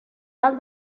tal